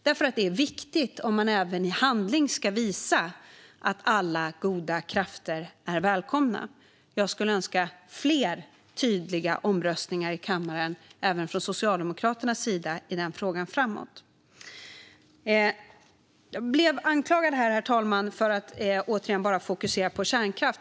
Det är viktigt om man även i handling ska visa att alla goda krafter är välkomna. Jag skulle önska fler tydliga omröstningar i kammaren även från Socialdemokraternas sida i denna fråga framöver. Herr talman! Jag blev anklagad för att återigen bara fokusera på kärnkraft.